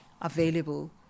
available